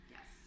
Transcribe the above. Yes